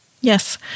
Yes